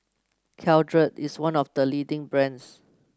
Caltrate is one of the leading brands